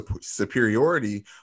superiority